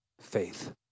Faith